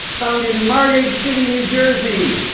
found in margate city, new jersey.